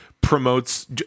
promotes